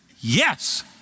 yes